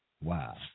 Wow